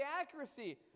accuracy